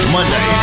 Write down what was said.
Monday